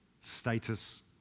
Status